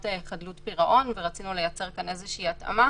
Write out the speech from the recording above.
חדלות פירעון ורצינו לייצר כאן התאמה.